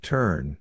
Turn